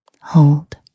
Hold